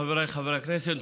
חבריי חברי הכנסת,